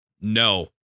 no